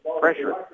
pressure